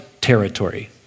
territory